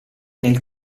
nel